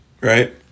Right